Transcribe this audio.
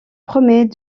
promet